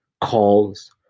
calls